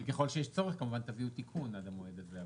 ככל שיש צורך כמובן תביאו תיקון עד המועד הזה,